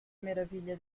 meraviglia